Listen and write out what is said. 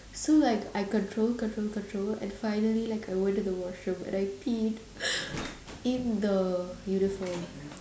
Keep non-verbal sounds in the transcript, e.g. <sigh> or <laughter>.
so like I control control control and finally like I went to the washroom and I peed <breath> in the uniform